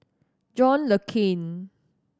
John Le Cain